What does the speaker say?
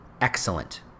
excellent